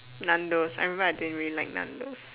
Nando's I remember I didn't really like Nando's